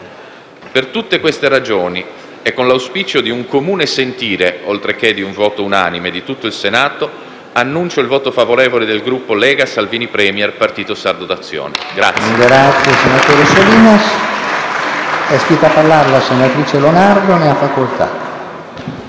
Per tutte queste ragioni e con l'auspicio di un comune sentire, oltre che di un voto unanime di tutto il Senato, annuncio il voto favorevole del Gruppo Lega-Salvini Premier-Partito Sardo d'Azione.